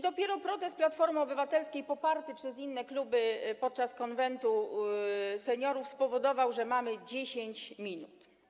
Dopiero protest Platformy Obywatelskiej poparty przez inne kluby podczas Konwentu Seniorów spowodował, że mamy 10 minut.